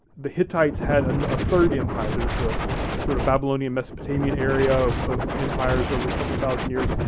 the hittites had and a third empire. there was the sort of babylonian mesopotamian area of of empires over a couple thousand years.